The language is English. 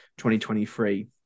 2023